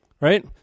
Right